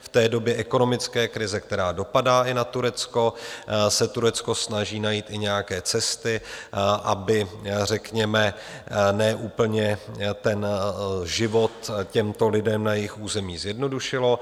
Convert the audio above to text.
V době ekonomické krize, která dopadá i na Turecko, se Turecko snaží najít i nějaké cesty, aby řekněme ne úplně život těmto lidem na jejich území zjednodušilo.